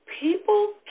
people